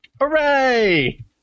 Hooray